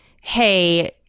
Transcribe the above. hey